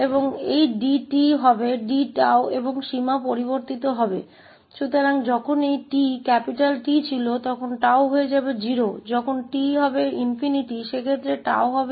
और यह dt d𝜏 होगा और सीमाएं बदल दी जाएंगी इसलिए जब यह t कैपिटल T था तो 𝜏 0 हो जाएगा और जब t ∞ हो जाएगा तो उस स्थिति में 𝜏 भी ∞ होगा